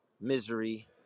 misery